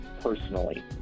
personally